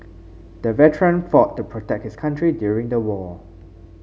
the veteran fought to protect his country during the war